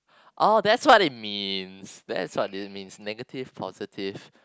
oh that's what it means that's what it means negative positive